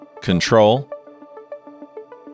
control